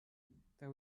there